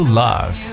love